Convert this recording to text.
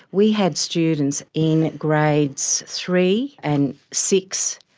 we had students in grades three and six,